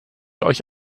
euch